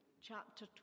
chapter